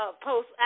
post